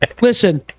Listen